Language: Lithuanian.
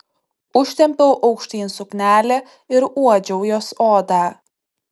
užtempiau aukštyn suknelę ir uodžiau jos odą